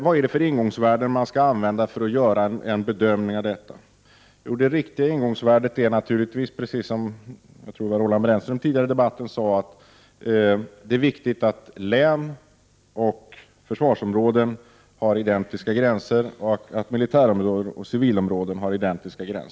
Vilka ingångsvärden skall gälla när man gör en bedömning av detta? Jo, när det gäller det riktiga ingångsvärdet är det naturligtvis viktigt — jag tror att det var Roland Brännström som tidigare i debatten också sade detta — att län och försvarsområden har identiska gränser samt att militärområden och civilområden har identiska gränser.